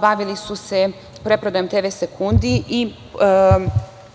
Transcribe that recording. bavili su preprodajom TV sekundi i